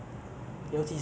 就是不行 lah